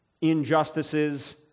injustices